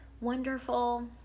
wonderful